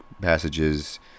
passages